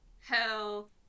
Hell